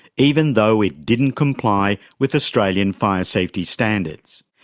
even though it didn't comply with australian fire safety standards.